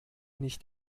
nicht